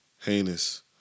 heinous